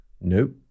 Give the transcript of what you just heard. Nope